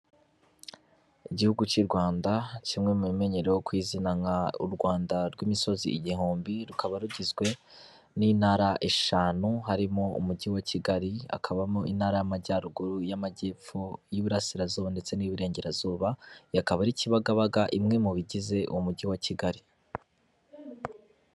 Igihugu cy'u Rwanda kimwe mu bimenyero ku izina nka u Rwanda rw'imisozi igihumbi rukaba rugizwe n'intara eshanu harimo umujyi wa kigali, hakabamo intara y'amajyaruguru, iy'amajyepfo, iy'uburasirazuba ndetse n'iburengerazuba iyi akaba ari Kibagabaga imwe mu bigize umujyi wa Kigali.